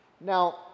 Now